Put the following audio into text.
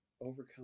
overcome